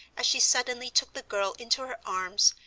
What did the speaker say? as she suddenly took the girl into her arms,